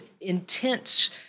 intense